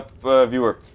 viewer